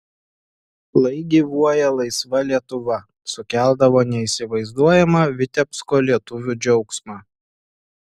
lai gyvuoja laisva lietuva sukeldavo neįsivaizduojamą vitebsko lietuvių džiaugsmą